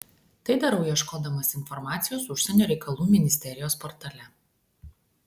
tai darau ieškodamas informacijos užsienio reikalų ministerijos portale